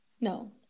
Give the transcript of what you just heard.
no